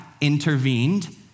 intervened